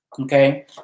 Okay